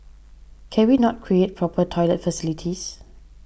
can we not create proper toilet facilities